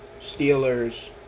Steelers